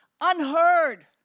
unheard